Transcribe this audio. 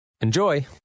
Enjoy